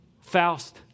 Faust